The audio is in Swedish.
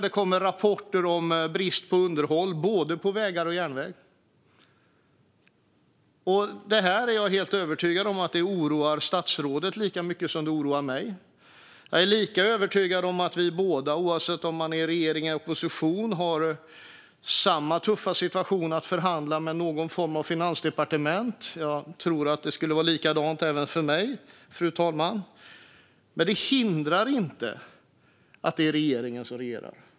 Det kommer rapporter om brist på underhåll på både väg och järnväg. Jag är övertygad om att det oroar statsrådet lika mycket som det oroar mig, och jag är lika övertygad om att jag också skulle ha tuffa förhandlingar med Finansdepartementet om jag var statsrådet. Men det är ändå regeringen som regerar.